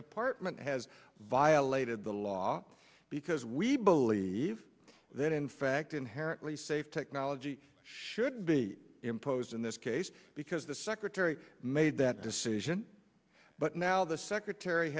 department has violated the law because we believe that in fact inherently safe technology should be imposed in this case because the secretary made that decision but now the secretary